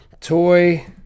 Toy